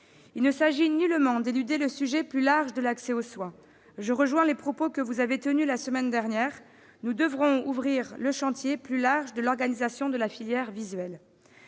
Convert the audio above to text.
il ne s'agit nullement d'éluder le sujet plus large de l'accès aux soins. Je rejoins les propos que vous avez tenus la semaine dernière en commission : nous devrons ouvrir le chantier plus large de l'organisation de la filière visuelle.